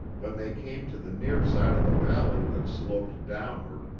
when they came to the near side of a valley that sloped downward,